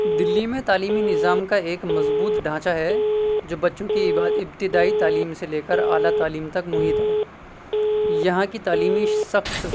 دلی میں تعلیمی نظام کا ایک مضبوط ڈھانچہ ہے جو بچوں کی ابتدائی تعلیم سے لے کر اعلیٰ تعلیم تک محیط ہے یہاں کی تعلیمی سخت